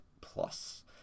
plus